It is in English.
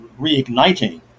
reigniting